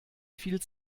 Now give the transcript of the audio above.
viel